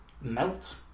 melt